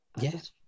yes